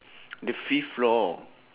the fifth floor